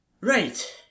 Right